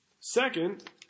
Second